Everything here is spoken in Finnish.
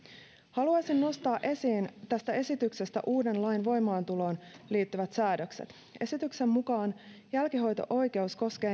haluaisin nostaa esiin tästä esityksestä uuden lain voimaantuloon liittyvät säädökset esityksen mukaan jälkihuolto oikeus koskee